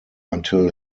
until